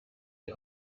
die